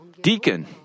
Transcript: deacon